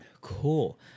Cool